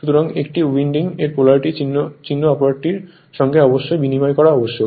সুতরাং একটি উইন্ডিং এর পোলারিটি চিহ্ন অপরটির সঙ্গে অবশ্যই বিনিময় করা আবশ্যক